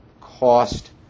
cost